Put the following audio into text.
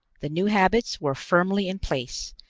the new habits were firmly in place,